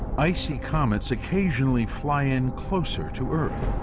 icy comets occasionally fly in closer to earth.